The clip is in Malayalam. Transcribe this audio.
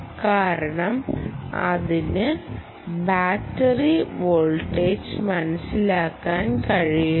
കാരണം അതിന് ബാറ്ററി വോൾട്ടേജ് മനസ്സിലാക്കാൻ കഴിയുന്നു